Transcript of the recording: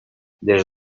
des